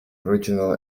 regional